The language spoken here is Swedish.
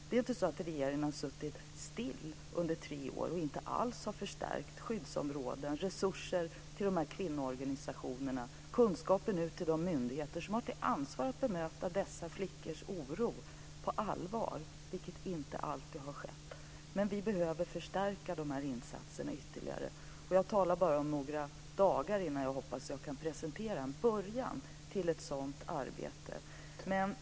Regeringen har inte suttit still under tre år utan att alls ha förstärkt skyddsåtgärder, ha gett resurser till kvinnoorganisationerna eller ha förmedlat kunskaper till de myndigheter som har ett ansvar för att möta de berörda flickornas oro på allvar, vilket inte alltid har skett. Vi behöver dock förstärka de här insatserna ytterligare. Jag hoppas bara inom några dagar kunna presentera en början till ett sådant arbete.